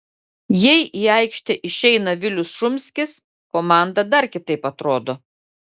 jei į aikštę išeina vilius šumskis komanda dar kitaip atrodo